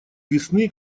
весны